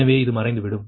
எனவே இது மறைந்துவிடும்